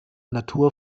natur